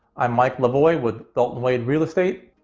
i am mike lavoy with dalton wade real estate.